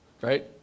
right